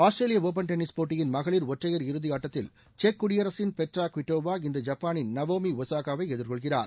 ஆஸ்திரேலிய open tennis போட்டியின் மகளிர் ஒற்றையர் இறுதி ஆட்டத்தில் செக்குடியரசின் பெட்ரா குவிட்டேவா இன்று ஜப்பானின் நவோமி ஒசாகாவை எதிர்கொள்கிறார்